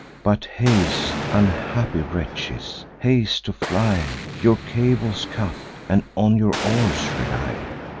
but haste, unhappy wretches, haste to fly! your cables cut, and on your oars rely!